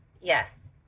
Yes